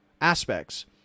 aspects